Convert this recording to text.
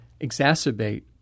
exacerbate